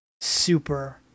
super